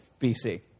BC